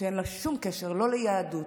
שאין לה שום קשר לא ליהדות,